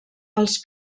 els